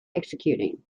executing